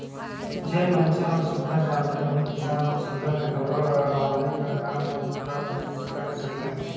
जेन मइनसे मन सुग्घर जानथे ओही किसान मन सुघर ले डोरा ल बांधे कर काम ल करे सकथे